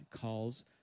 calls